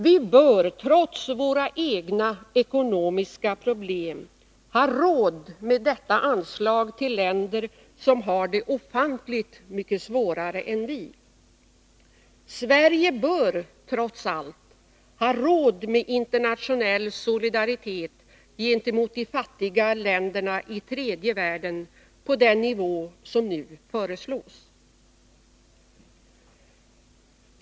Vi bör, trots våra egna ekonomiska problem, ha råd med detta anslag till länder som har det ofantligt mycket svårare än vi. Sverige bör, trots allt, ha råd med internationell solidaritet gentemot de fattiga länderna i tredje världen på den nivå som nu föreslås.